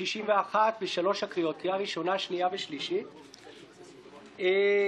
בישיבה האחרונה שקיימנו דובר על כך שהמגדלים נפגעו בלמעלה